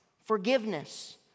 forgiveness